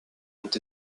ont